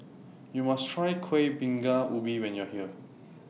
YOU must Try Kueh Bingka Ubi when YOU Are here